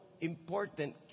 important